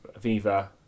Viva